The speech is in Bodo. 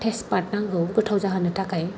थेस पात नांगौ गोथाव जाहोनो थाखाय